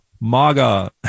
MAGA